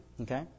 Okay